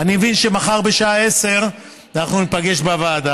אני מבין שמחר בשעה 10:00 ניפגש בוועדה